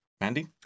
Mandy